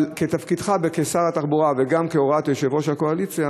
אבל בתפקידך כשר התחבורה וגם כהוראת יושב-ראש הקואליציה,